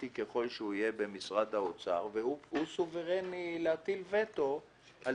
במשרד האוצר והוא סוברני להטיל טו על